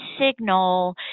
signal